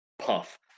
Puff